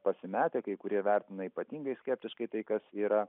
pasimetę kai kurie vertina ypatingai skeptiškai tai kas yra